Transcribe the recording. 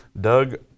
Doug